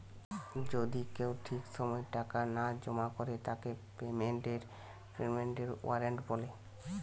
যদি কেউ ঠিক সময় টাকা না জমা করে তাকে পেমেন্টের ওয়ারেন্ট বলে